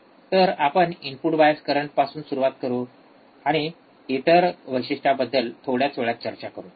तर आपण input bias current पासुन सुरुवात करु आणि इतर वैशिष्ट्यांबद्दल थोड्याच वेळात चर्चा करू